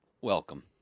welcome